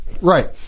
Right